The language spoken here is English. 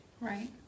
Right